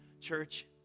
church